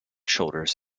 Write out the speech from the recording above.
shoulders